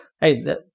hey